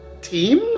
Team